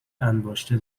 انباشته